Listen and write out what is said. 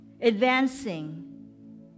advancing